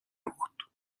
بود